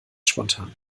spontan